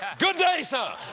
good day, sir!